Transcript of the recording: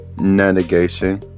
negation